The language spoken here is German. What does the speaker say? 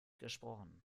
gesprochen